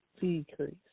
decrease